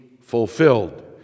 fulfilled